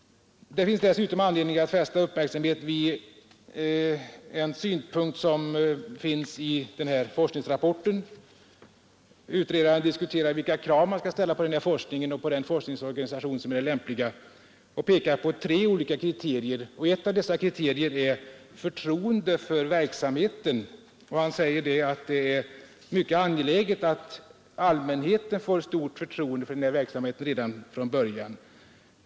Det finns dessutom anledning att fästa uppmärksamheten vid den synpunkt som finns i den aktuella forskningsrapporten. Utredaren diskuterar vilka krav som skall ställas på denna forskning och på den forskningsorganisation som är den lämpliga och pekar på tre olika kriterier. Ett av dessa kriterier är förtroende för verksamheten, och utredaren säger att det är mycket angeläget att allmänheten får stort förtroende för verksamheten redan från början.